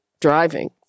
driving